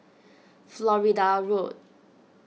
Florida Road